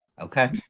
Okay